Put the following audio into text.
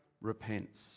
repents